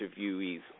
interviewees